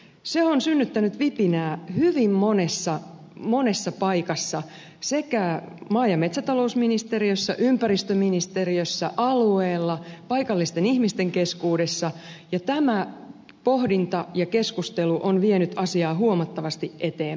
se on synnyttänyt vipinää hyvin monessa paikassa maa ja metsätalousministeriössä ympäristöministeriössä alueella paikallisten ihmisten keskuudessa ja tämä pohdinta ja keskustelu on vienyt asiaa huomattavasti eteenpäin